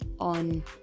on